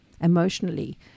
emotionally